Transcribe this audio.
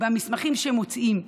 במסמכים שהם מוציאים,